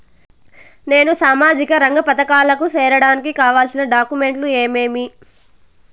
నేను సామాజిక రంగ పథకాలకు సేరడానికి కావాల్సిన డాక్యుమెంట్లు ఏమేమీ?